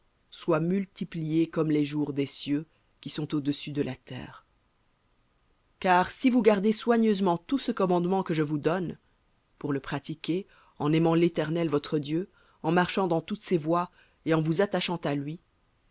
soient multipliés comme les jours des cieux au-dessus de la terre v voir car si vous gardez soigneusement tout ce commandement que je vous commande pour le pratiquer en aimant l'éternel votre dieu en marchant dans toutes ses voies et en vous attachant à lui